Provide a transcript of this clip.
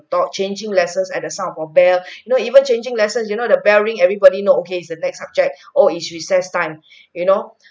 thought changing lessons at the sound of a bell you know even changing lessons you know the bell ring everybody know okay its the next subject or it's recess time you know